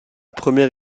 première